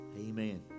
Amen